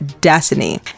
destiny